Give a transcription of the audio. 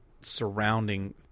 surrounding